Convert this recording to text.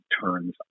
turns